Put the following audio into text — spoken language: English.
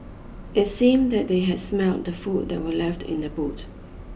it seemed that they had smelt the food that were left in the boot